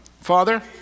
father